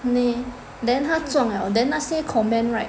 你 then 他撞 liao then 那些 comment right